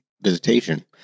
visitation